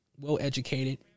well-educated